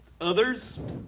others